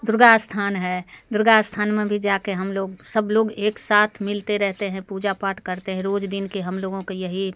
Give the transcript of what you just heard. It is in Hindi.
दुर्गा स्थान है दुर्गा स्थान में भी जाकर हम लोग सब लोग एक साथ मिलते रहते हैं पूजा पाठ करते है रोज़ दिन के हम लोगों के यही